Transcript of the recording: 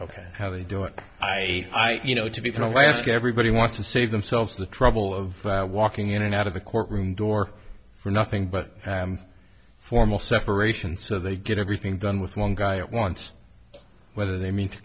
ok how they do it i i you know to be in alaska everybody want to save themselves the trouble of walking in and out of the courtroom door for nothing but formal separation so they get everything done with one guy at once whether they mean to